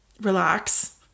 relax